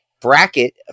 bracket